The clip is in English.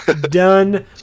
done